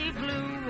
blue